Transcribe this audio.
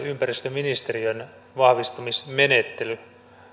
ympäristöministeriön vahvistamismenettely